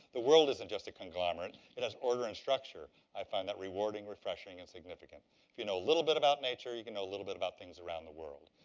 the world isn't just a conglomerate, it has order and structure. i find that rewarding, refreshing, and significant. if you know a little bit about nature, you can know a little bit about things around the world.